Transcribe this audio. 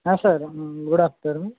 हा sir good afternoon